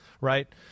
right